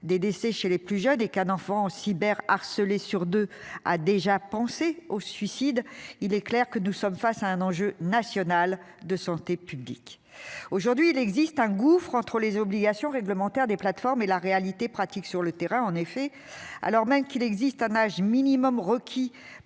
des décès chez les plus jeunes et cas d'enfants cyber harcelé sur 2 a déjà pensé au suicide. Il est clair que nous sommes face à un enjeu national de santé publique aujourd'hui il existe un gouffre entre les obligations réglementaires des plateformes et la réalité pratique sur le terrain, en effet, alors même qu'il existe un âge minimum requis